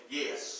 yes